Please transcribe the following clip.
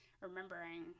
remembering